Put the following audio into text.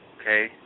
okay